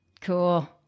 Cool